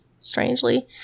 strangely